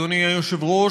אדוני היושב-ראש,